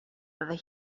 whether